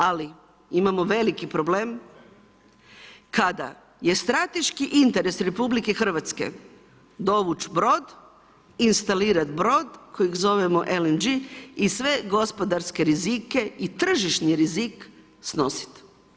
Ali imamo veliki problem kada je strateški interes RH dovući brod, instalirati brod kojeg zovemo LNG i sve gospodarske rizike i tržišni rizik snositi.